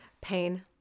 pain